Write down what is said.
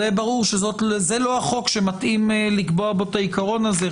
זה ברור שזה לא החוק שמתאים לקבוע בו את העיקרון הזה.